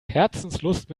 herzenslust